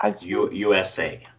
USA